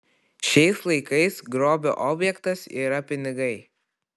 šiais laikais grobio objektas yra pinigai